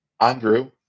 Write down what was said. Andrew